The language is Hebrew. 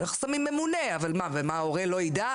אנחנו שמים ממונה אז ההורה לא יידע?